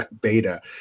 beta